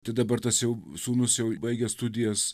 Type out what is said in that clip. tai dabar tas jau sūnus jau baigė studijas